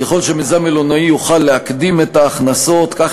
ככל שמיזם מלונאי יוכל להקדים את ההכנסות כך